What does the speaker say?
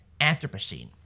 Anthropocene